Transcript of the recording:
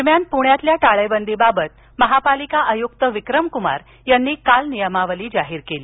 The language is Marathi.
दरम्यान पुण्यातल्या टाळेबंदीबाबत महापालिका आयुक्त विक्रम कुमार यांनी काल नियमावली जाहीर केली